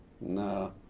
No